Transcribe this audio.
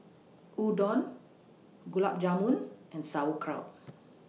Udon Gulab Jamun and Sauerkraut